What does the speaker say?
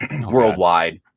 worldwide